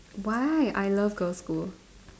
why I love girl school